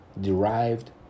derived